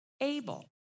able